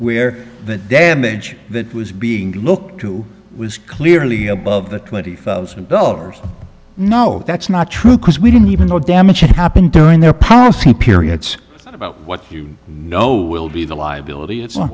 where the damage that was being looked to was clearly above the twenty thousand dollars no that's not true because we didn't even know damage had happened during their policy periods about what you know will be the liability it's